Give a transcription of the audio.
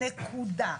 נקודה.